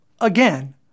again